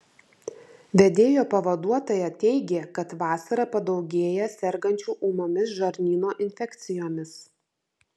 vedėjo pavaduotoja teigė kad vasarą padaugėja sergančių ūmiomis žarnyno infekcijomis